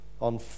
on